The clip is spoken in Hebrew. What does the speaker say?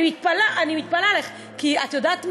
אני מתפלאת עלייך, כי את יודעת מה?